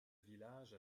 village